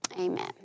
Amen